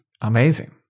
Amazing